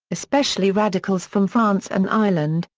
especially radicals from france and ireland,